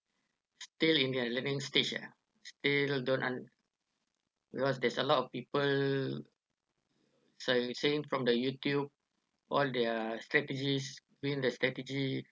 still in the learning stage lah still don't un~ because there's a lot of people as you saying from the YouTube all their strategies being the strategy